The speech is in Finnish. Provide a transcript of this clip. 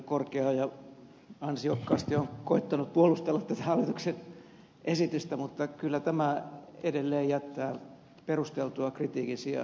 korkeaoja ansiokkaasti on koettanut puolustella tätä hallituksen esitystä mutta kyllä tämä edelleen jättää perusteltua kritiikin sijaa